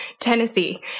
Tennessee